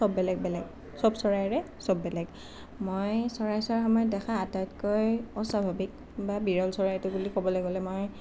সব বেলেগ বেলেগ সব চৰাইৰে সব বেলেগ মই চৰাই চোৱাৰ সময়ত দেখা আটাইতকৈ অস্বাভাৱিক বা বিৰল চৰাইটো বুলি ক'বলৈ গ'লে মই